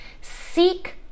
seek